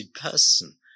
person